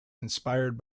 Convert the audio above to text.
inspired